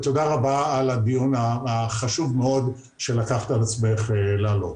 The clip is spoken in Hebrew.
תודה רבה על הדיון החשוב מאוד שלקחת על עצמך להעלות.